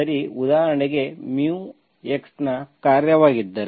ಉದಾಹರಣೆಗೆ x ನ ಕಾರ್ಯವಾಗಿದ್ದರೆ